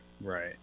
Right